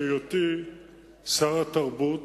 בהיותי שר התרבות,